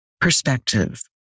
perspective